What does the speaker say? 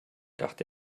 dachte